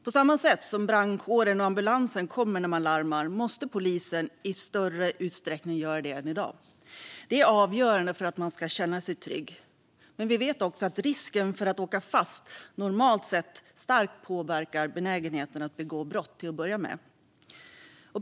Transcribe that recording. På samma sätt som brandkåren och ambulansen kommer när man larmar måste polisen göra det i större utsträckning än i dag. Det är avgörande för att man ska känna sig trygg, men vi vet också att risken för att åka fast normalt sett starkt påverkar benägenheten att begå brott till att börja med.